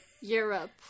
Europe